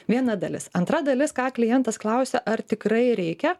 viena dalis antra dalis ką klientas klausia ar tikrai reikia